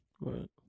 Right